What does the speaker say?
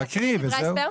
להקריא את דברי ההסבר?